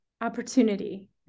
opportunity